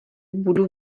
budu